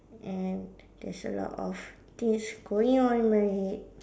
and there's a lot of things going on in my head